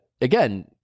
again